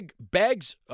bags